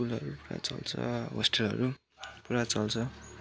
स्कुलहरू पुरा चल्छ होस्टेलहरू पुरा चल्छ